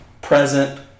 present